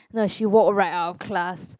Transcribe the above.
no she walk right out of class